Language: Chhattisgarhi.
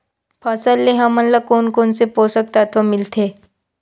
फसल से हमन ला कोन कोन से पोषक तत्व मिलथे?